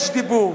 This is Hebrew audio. יש דיבור.